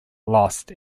lost